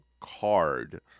card